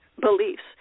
beliefs